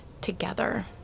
together